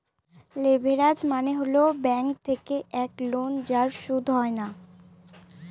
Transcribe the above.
leverage মানে হল bank থেকে এক লোন যার সুদ হয় না